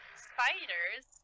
Spiders